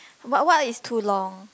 but what is too long